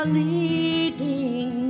leading